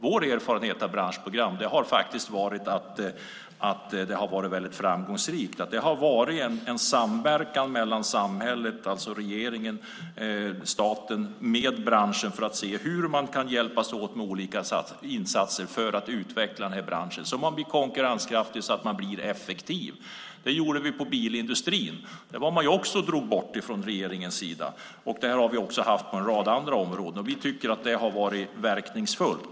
Vår erfarenhet av branschprogram har faktiskt varit att de har varit mycket framgångsrika. Det har varit en samverkan mellan samhället, alltså regeringen och staten, med branschen för att se hur man kan hjälpas åt med olika insatser för att utveckla denna bransch så att den blir konkurrenskraftig och effektiv. Det gjorde vi med bilindustrin. Där drog man också bort detta från regeringen. Vi har även haft detta på en rad andra områden, och vi tycker att det har varit verkningsfullt.